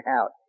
out